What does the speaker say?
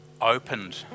opened